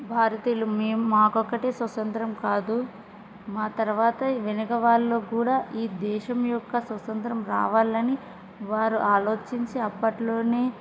భారతీయులు మేము మాకు ఒక్కటే స్వాతంత్రం కాదు మా తర్వాత వెనక వాళ్ళ కూడా ఈ దేశం యొక్క స్వాతంత్రం రావాలని వారు ఆలోచించి అప్పట్లో